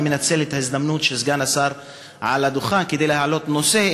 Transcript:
אני מנצל את ההזדמנות שסגן השר על הדוכן כדי להעלות נושא.